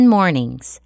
Mornings